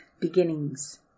Beginnings